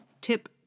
tip